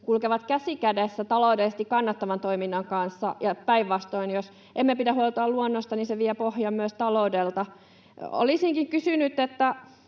kulkevat käsi kädessä taloudellisesti kannattavan toiminnan kanssa ja päinvastoin: jos emme pidä huolta luonnosta, niin se vie pohjan myös taloudelta. Olisinkin kysynyt: Kun